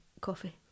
coffee